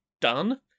done